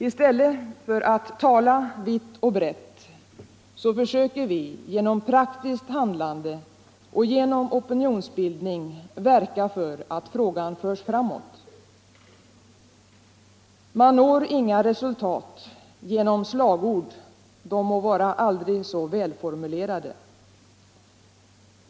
I stället för att tala vitt och brett försöker vi genom praktiskt handlande ”och genom opinionsbildning verka för att frågan förs framåt. Man når inga resultat genom slagord — de må vara aldrig så välformulerade.